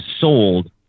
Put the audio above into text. sold